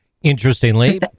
Interestingly